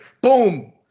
boom